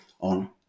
on